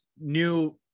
new